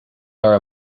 daar